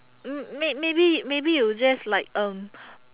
m~ may~ maybe maybe you just like um